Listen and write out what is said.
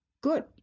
good